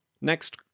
Next